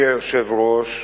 אדוני היושב-ראש,